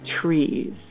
trees